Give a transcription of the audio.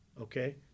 okay